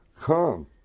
come